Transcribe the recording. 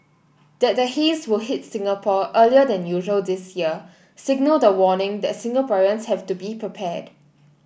that the haze will hit Singapore earlier than usual this year signalled a warning that Singaporean have to be prepared